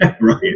Right